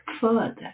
further